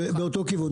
באותו כיוון,